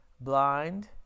blind